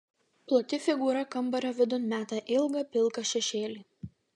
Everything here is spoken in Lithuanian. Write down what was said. plati figūra kambario vidun meta ilgą pilką šešėlį